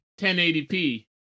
1080p